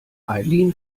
eileen